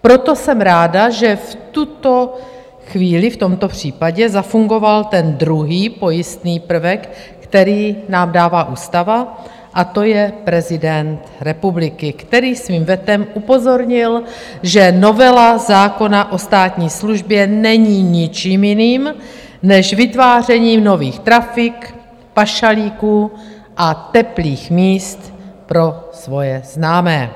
Proto jsem ráda, že v tuto chvíli v tomto případě zafungoval ten druhý pojistný prvek, který nám dává ústava, a to je prezident republiky, který svým vetem upozornil, že novela zákona o státní službě není ničím jiným než vytvářením nových trafik, pašalíků a teplých míst pro svoje známé.